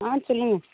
ஆ சொல்லுங்கள்